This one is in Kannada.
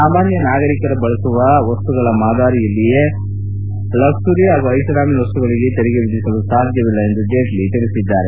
ಸಾಮಾನ್ಯ ನಾಗರಿಕರ ಬಳಸುವ ವಸ್ತುಗಳ ಮಾದರಿಯಲ್ಲಿಯೇ ಲಕ್ಸುರಿ ಪಾಗೂ ಐಷಾರಾಮಿ ವಸ್ತುಗಳಿಗೆ ತೆರಿಗೆ ವಿಧಿಸಲು ಸಾಧ್ಯವಿಲ್ಲ ಎಂದು ಜೇಟ್ಲ ಹೇಳಿದ್ದಾರೆ